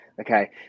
Okay